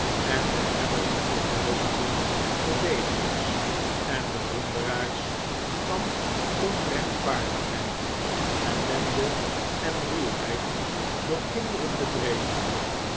en wij hebben honderd duizenden verdedigers en bewonderaars van onrechtvaardigheid ellende en ruwheid door kinderen bedreven